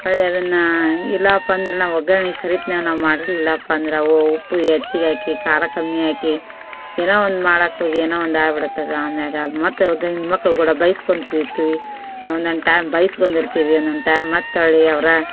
ಹೊರಳಿ ಅದನ್ನು ಇಲ್ಲಪ್ಪ ಅಂದ್ರೆ ನಾವು ಒಗ್ಗರ್ಣೆ ಸರಿತ್ನಾಗ ನಾವು ಮಾಡಿರಲಿಲ್ಲಪ್ಪ ಅಂದ್ರೆ ಅವು ಉಪ್ಪು ಹೆಚ್ಚಿಗ್ ಹಾಕಿ ಖಾರ ಕಮ್ಮಿ ಹಾಕಿ ಏನೋ ಒಂದು ಮಾಡೋಕ್ ಹೋಗಿ ಏನೋ ಒಂದು ಆಗಿಬಿಡುತ್ತದು ಆಮೇಲೆ ಮತ್ತು ಗಂಡು ಮಕ್ಕಳು ಕೂಡ ಬೈಸ್ಕೊಂತಿರ್ತೀವಿ ಒಂದೊಂದು ಟೈಮ್ ಬೈಸ್ಕೊಂಡಿರ್ತೀವಿ ಒಂದೊಂದು ಟೈಮ್ ಮತ್ತು ಹೊಳ್ಳಿ ಅವ್ರು